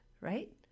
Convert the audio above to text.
right